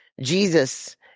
Jesus